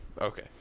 Okay